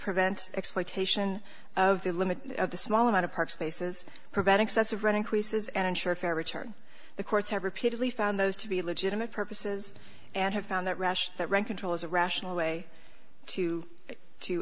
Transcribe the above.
prevent exploitation of the limit of the small amount of park spaces prevent excessive run increases and ensure fair return the courts have repeatedly found those to be legitimate purposes and have found that rush that rent control is a rational way to